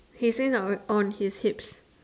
he say now on his heads